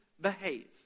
behave